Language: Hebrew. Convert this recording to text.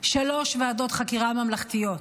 שלוש ועדות חקירה ממלכתיות,